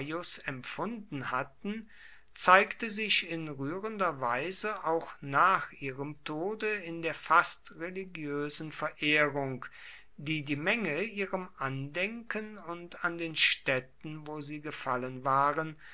empfunden hatten zeigte sich in rührender weise auch nach ihrem tode in der fast religiösen verehrung die die menge ihrem andenken und an den stätten wo sie gefallen waren